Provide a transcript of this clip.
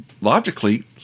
logically